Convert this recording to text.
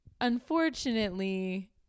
unfortunately